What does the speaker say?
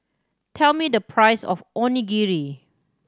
tell me the price of Onigiri